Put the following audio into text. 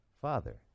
father